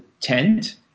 tent